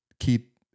keep